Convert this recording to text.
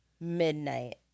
midnight